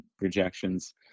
rejections